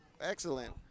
Excellent